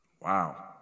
Wow